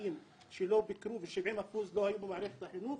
שלא ביקרו ו-70% שלא היו במערכת החינוך.